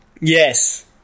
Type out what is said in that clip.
Yes